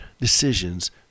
decisions